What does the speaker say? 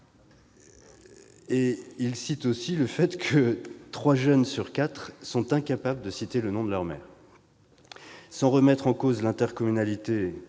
soit réélu, et que trois jeunes sur quatre sont incapables de citer le nom de leur maire. Sans remettre en cause l'intercommunalité